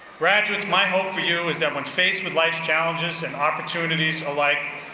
graduates, my hope for you is that when faced with life's challenges and opportunities alike,